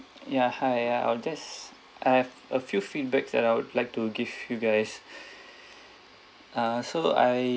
ya hi I'll just I have a few feedback that I would like to give you guys uh so I